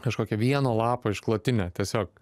kažkokią vieno lapo išklotinę tiesiog